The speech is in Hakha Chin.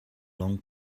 lawng